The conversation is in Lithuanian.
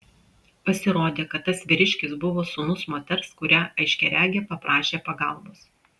pasirodė kad tas vyriškis buvo sūnus moters kurią aiškiaregė paprašė pagalbos